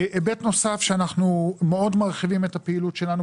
היבט נוסף שאנחנו מאוד מרחיבים את הפעילות שלנו